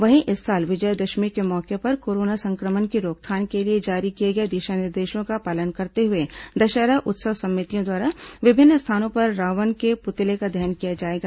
वहीं इस साल विजयादशमी के मौके पर कोरोना संक्रमण की रोकथाम के लिए जारी किए गए दिशा निर्देशों का पालन करते हुए दशहरा उत्सव समितियों द्वारा विभिन्न स्थानों पर रावण के पुतले का दहन किया जाएगा